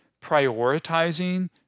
prioritizing